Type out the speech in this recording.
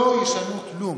לא ישנו כלום.